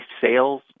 sales